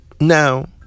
now